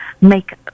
make